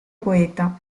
poeta